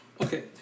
Okay